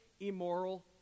immoral